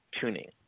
tuning